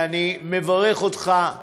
ואני מברך אותך,